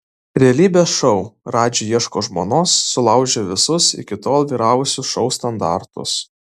realybės šou radži ieško žmonos sulaužė visus iki tol vyravusius šou standartus